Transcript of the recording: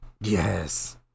Yes